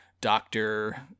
doctor